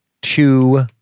two